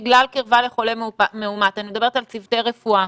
בגלל קירבה לחולה מאומתת - אני מדברת על צוותי רפואה.